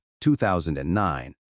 2009